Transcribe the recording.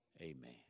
Amen